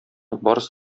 барысы